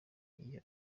iyo